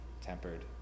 tempered